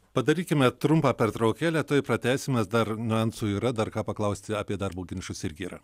padarykime trumpą pertraukėlę tuoj pratęsim nes dar niuansų yra dar ką paklausti apie darbo ginčus irgi yra